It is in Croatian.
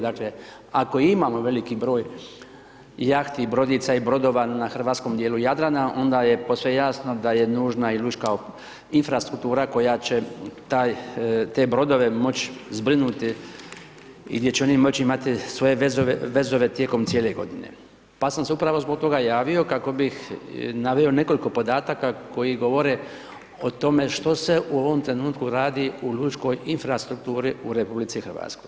Dakle, ako imamo veliki broj jahti i brodica i brodova na hrvatskom dijelu Jadrana, onda je posve jasno da je nužna i lučka infrastruktura koja će te brodove moć zbrinuti i gdje će oni moći imati svoje vezove tijekom cijele godine pa sam se upravo zbog toga javio kako bih naveo nekoliko podataka koji govore o tome što se u ovom trenutku radi u lučkoj infrastrukturi u RH.